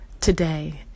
today